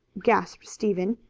gasped stephen.